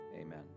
Amen